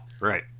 Right